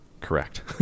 Correct